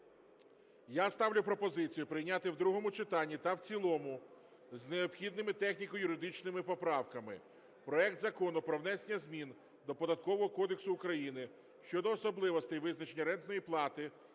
я ставлю пропозицію прийняти в другому читанні та в цілому з необхідними техніко-юридичними поправками проект Закону про внесення змін до Податкового кодексу України щодо особливостей визначення рентної плати